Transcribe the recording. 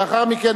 ולאחר מכן,